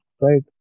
right